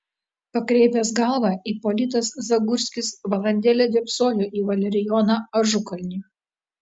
pakreipęs galvą ipolitas zagurskis valandėlę dėbsojo į valerijoną ažukalnį